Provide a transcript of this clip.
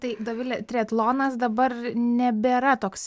tai dovile triatlonas dabar nebėra toks